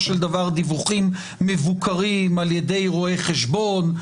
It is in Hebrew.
של דבר דיווחים מבוקרים על ידי רואי חשבון.